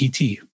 ET